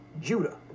Judah